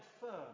firm